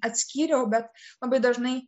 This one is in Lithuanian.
atskyriau bet labai dažnai